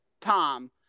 Tom